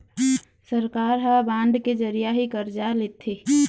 सरकार ह बांड के जरिया ही करजा लेथे